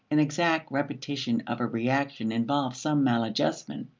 an exact repetition of a reaction involves some maladjustment.